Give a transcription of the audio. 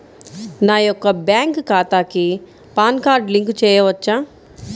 నా యొక్క బ్యాంక్ ఖాతాకి పాన్ కార్డ్ లింక్ చేయవచ్చా?